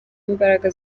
imbaraga